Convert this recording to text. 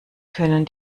können